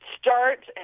start